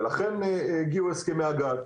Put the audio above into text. ולכן הגיעו הסכמי הגג.